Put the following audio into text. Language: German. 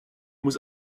muss